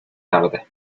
tarde